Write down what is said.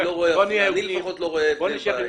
אני לפחות לא רואה הבדל בהתייחסות.